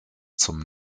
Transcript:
zum